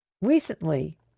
Recently